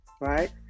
right